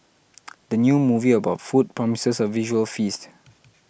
the new movie about food promises a visual feast